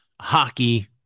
hockey